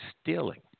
stealing